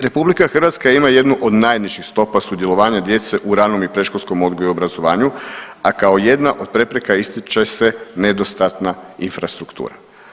RH ima jednu od najnižih stopa sudjelovanja djece u ranom i predškolskom odgoju i obrazovanju, a kao jedna od prepreka ističe se nedostatna infrastruktura.